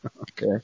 Okay